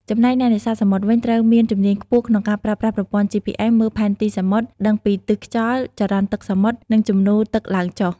ចំណែកអ្នកនេសាទសមុទ្រវិញ ត្រូវមានជំនាញខ្ពស់ក្នុងការប្រើប្រាស់ប្រព័ន្ធ GPS មើលផែនទីសមុទ្រ ដឹងពីទិសខ្យល់ ចរន្តទឹកសមុទ្រ និងជំនោរទឹកឡើងចុះ។